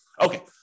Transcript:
Okay